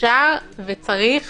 אפשר וצריך